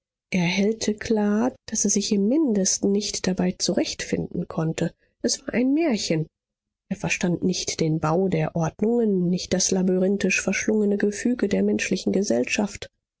erhellte klar daß er sich im mindesten nicht dabei zurechtfinden konnte es war ein märchen er verstand nicht den bau der ordnungen nicht das labyrinthisch verschlungene gefüge der menschlichen gesellschaft